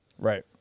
Right